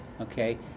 okay